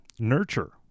nurture